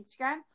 Instagram